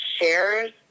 shares